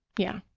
yeah.